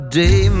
day